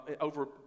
over